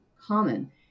common